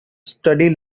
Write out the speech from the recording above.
study